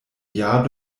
jahr